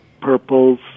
purples